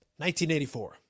1984